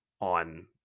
on